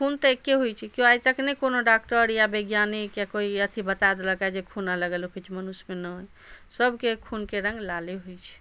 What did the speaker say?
खून तऽ एके होइ छै केओ आइ तक नहि कोनो डाक्टर या बैज्ञानिक या कोइ अथि बता देलक हँ जे खून अलग अलग होइ छै मनुष के नहि सभके खूनके रङ्ग लाले होइ छै